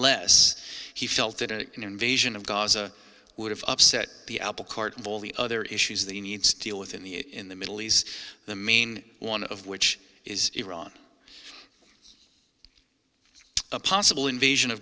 less he felt that an invasion of gaza would have upset the applecart of all the other issues they need to deal with in the in the middle east the main one of which is iran a possible invasion of